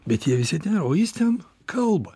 bet jie visi ten o jis ten kalba